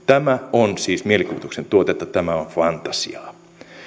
on siis mielikuvituksen tuotetta tämä on fantasiaa